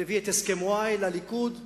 מביא את הסכם-וואי לליכוד,